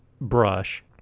brush